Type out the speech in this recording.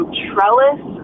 trellis